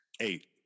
Eight